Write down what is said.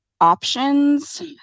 options